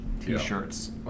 T-shirts